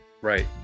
Right